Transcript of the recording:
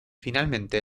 finalmente